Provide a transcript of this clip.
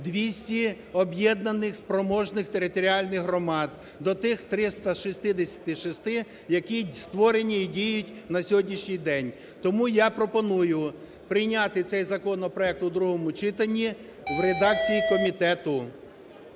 200 об'єднаних спроможних територіальних громад до тих 366-и, які створені і діють на сьогоднішній день. Тому я пропоную прийняти цей законопроект у другому читанні в редакції комітету.